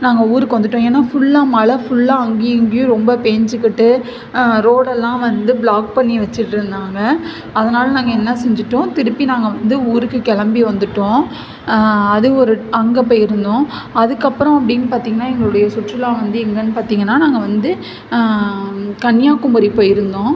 நாங்கள் ஊருக்கு வந்துட்டோம் ஏன்னா ஃபுல்லா மழை ஃபுல்லா அங்கேயும் இங்கேயும் ரொம்ப பெஞ்சிக்கிட்டு ரோடெல்லாம் வந்து ப்ளாக் பண்ணி வச்சிருந்தாங்கள் அதனால் நாங்கள் என்ன செஞ்சிட்டோம் திருப்பி நாங்கள் வந்து ஊருக்கு கிளம்பி வந்துட்டோம் அது ஒரு அங்கே போயிருந்தோம் அதுக்கப்புறம் அப்படின்னு பார்த்திங்கன்னா எங்களுடைய சுற்றுலா வந்து எங்கன்னு பார்த்திங்கன்னா நாங்கள் வந்து கன்னியாகுமரி போயிருந்தோம்